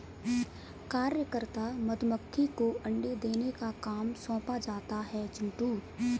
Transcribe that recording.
कार्यकर्ता मधुमक्खी को अंडे देने का काम सौंपा जाता है चिंटू